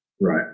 Right